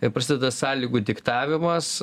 ir prasideda sąlygų diktavimas